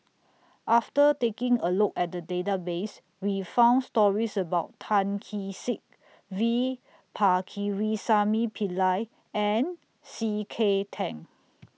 after taking A Look At The Database We found stories about Tan Kee Sek V Pakirisamy Pillai and C K Tang